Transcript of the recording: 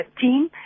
team